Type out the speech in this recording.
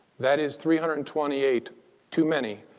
that is three hundred and twenty eight too many.